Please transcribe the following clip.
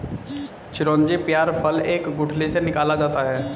चिरौंजी पयार फल के गुठली से निकाला जाता है